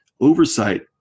oversight